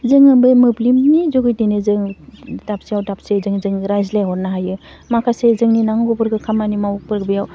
जोङो बे मोब्लिबनि जुगिदैनो जों दाबसेयाव दाबसे जोंजों रायज्लायहरनो हायो माखासे जोंनि नांगौफोरखौ खामानि मावफोर बेयाव